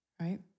right